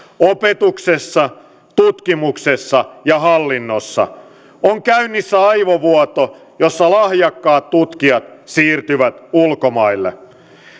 opetuksessa tutkimuksessa ja hallinnossa on käynnissä aivovuoto jossa lahjakkaat tutkijat siirtyvät ulkomaille